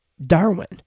Darwin